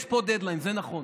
יש פה דדליין, זה נכון,